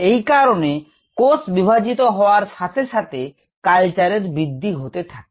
এই কারণে কোষ বিভাজিত হওয়ার সাথে সাথে কালচারের বৃদ্ধি হতে থাকে